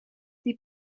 die